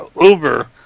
Uber